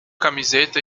camiseta